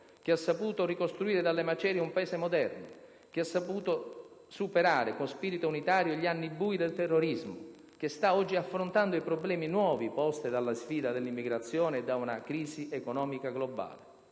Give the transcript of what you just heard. che ha saputo ricostruire dalle macerie un Paese moderno, che ha saputo superare con spirito unitario gli anni bui del terrorismo, che sta oggi affrontando i problemi nuovi posti dalle sfide dell'immigrazione e da una crisi economica globale.